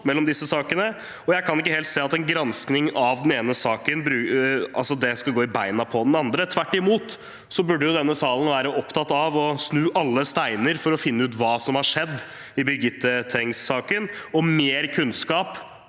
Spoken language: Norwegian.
og jeg kan ikke helt se at en gransking av den ene saken skulle gå i beina på den andre. Tvert imot burde denne salen være opptatt av å snu alle steiner for å finne ut hva som har skjedd i Birgitte Tengs-saken. Mer kunnskap